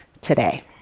today